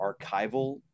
archival